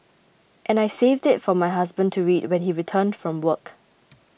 and I saved it for my husband to read when he returned from work